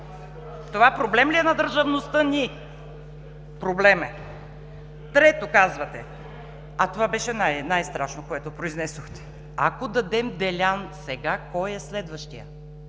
Това проблем ли е на държавността ни? Проблем е. Трето, казвате, а това беше най-страшно, което произнесохте: ако дадем Делян сега, кой е следващият?